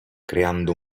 creando